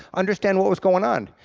understand what was going on.